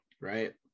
Right